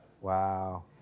Wow